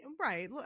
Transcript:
right